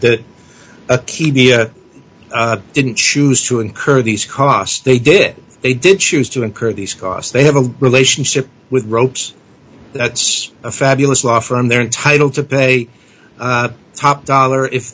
via didn't choose to incur these costs they did they did choose to incur these costs they have a relationship with ropes that's a fabulous law firm they're entitled to pay top dollar if